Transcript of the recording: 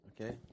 Okay